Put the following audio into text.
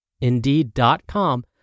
Indeed.com